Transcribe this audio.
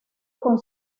con